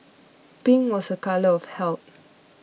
pink was a colour of health